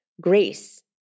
Grace